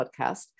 podcast